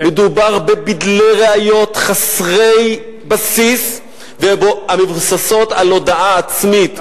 מדובר בבדלי ראיות חסרי בסיס המבוססים על הודאה עצמית.